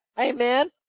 Amen